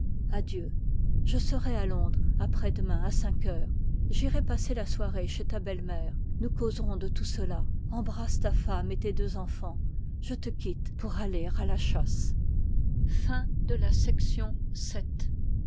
adieu je serai à londres après-demain à cinq heures m j irai passer la soirée chez ta belle-mère nous caup serons de tout cela embrasse ta femme et tes deux enfans je te quitte pour aller à la chasse